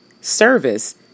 service